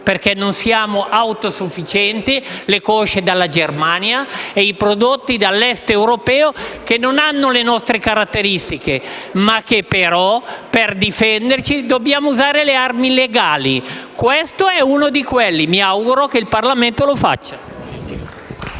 perché non siamo autosufficienti - le cosce dalla Germania e i prodotti dall'Est europeo, che non hanno le nostre caratteristiche, ma per difenderci dobbiamo usare le armi legali. Questa è una di quelle; mi auguro che il Parlamento la usi.